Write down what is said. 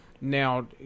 Now